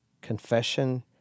confession